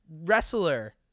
wrestler